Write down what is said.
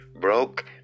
broke